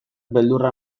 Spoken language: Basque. beldurra